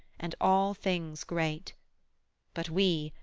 and all things great but we,